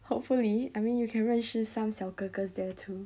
hopefully I mean you can 认识 some 小哥哥 there too